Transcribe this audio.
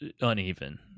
uneven